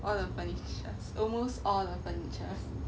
all the furnitures almost all the furnitures